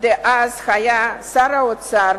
שהיה אז שר האוצר